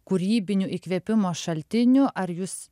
kūrybinių įkvėpimo šaltinių ar jūs